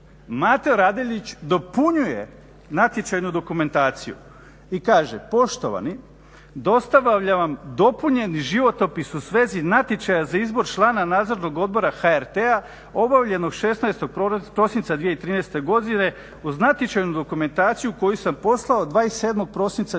Mate Radeljić dopunjuje natječajnu dokumentaciju i kaže: "Poštovani, dostavljam vam dopunjeni životopis u svezi natječaja za izbor člana Nadzornog odbora HRT-a obavljenog 16. prosinca 2013. godine uz natječajnu dokumentaciju koju sam poslao 27. prosinca 2013."